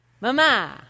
Mama